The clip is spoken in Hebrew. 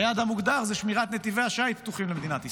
היעד המוגדר הוא שמירת נתיבי השיט פתוחים למדינת ישראל.